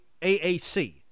AAC